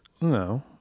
No